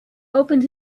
opened